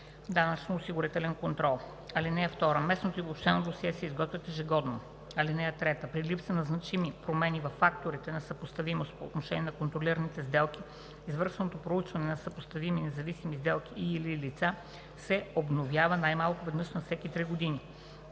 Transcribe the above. данъчно-осигурителен контрол. (2) Местното и обобщеното досие се изготвят ежегодно. (3) При липса на значими промени във факторите на съпоставимост по отношение на контролираните сделки извършенoто проучване на съпоставими независими сделки и/или лица се обновява най-малко веднъж на всеки 3 години.